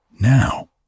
now